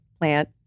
plant